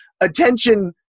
attention